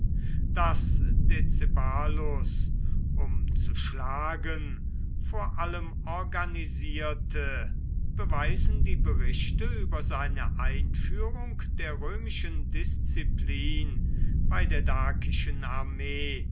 daß decebalus um zu schlagen vor allem organisierte beweisen die berichte über seine einführung der römischen disziplin bei der dakischen armee